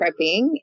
prepping